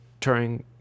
Turing